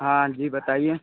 हाँ जी बताइए